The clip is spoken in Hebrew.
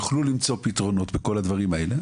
יוכלו למצוא פתרונות וכל הדברים האלה,